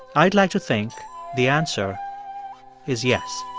i'd like to think the answer is yes